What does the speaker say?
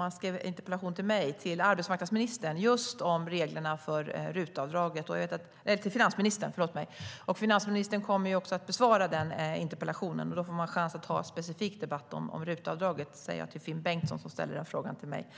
Erik Ullenhag skrev en interpellation till mig ställde han en fråga till finansministern, just om reglerna för RUT-avdraget. Finansministern kommer att besvara den interpellationen. Då får man en chans att ha en specifik debatt om RUT-avdraget. Det säger jag till Finn Bengtsson, som ställde den frågan till mig.